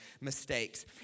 mistakes